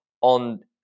on